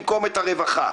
במקום את הרווחה.